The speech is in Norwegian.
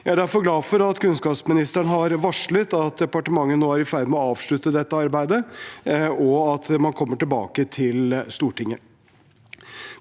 Jeg er derfor glad for at kunnskapsministeren har varslet at departementet nå er i ferd med å avslutte dette arbeidet, og at man kommer tilbake til Stortinget.